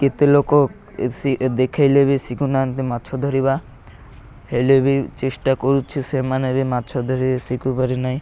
କେତେ ଲୋକ ଦେଖାଇଲେ ବି ଶିଖୁନାହାନ୍ତି ମାଛ ଧରିବା ହେଲେ ବି ଚେଷ୍ଟା କରୁଛି ସେମାନେ ବି ମାଛ ଧରି ଶିଖୁ ପାରି ନାହିଁ